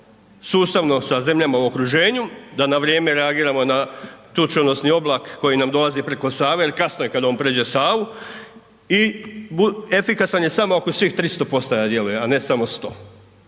sustavno sa zemljama u okruženju da na vrijeme reagiramo na tučonosni oblak koji nam dolazi preko Save jer kasno je kad on pređe Savu i efikasan je samo ako svih 300 postaja